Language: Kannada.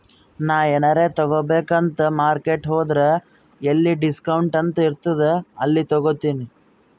ನಾ ಎನಾರೇ ತಗೋಬೇಕ್ ಅಂತ್ ಮಾರ್ಕೆಟ್ ಹೋದ್ರ ಎಲ್ಲಿ ಡಿಸ್ಕೌಂಟ್ ಅಂತ್ ಇರ್ತುದ್ ಅಲ್ಲೇ ಹೋತಿನಿ